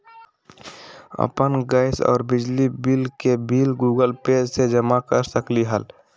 अपन गैस और बिजली के बिल गूगल पे से जमा कर सकलीहल?